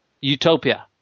Utopia